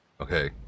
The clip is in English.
okay